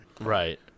right